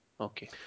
okay